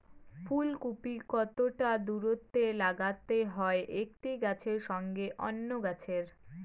ফুলকপি কতটা দূরত্বে লাগাতে হয় একটি গাছের সঙ্গে অন্য গাছের?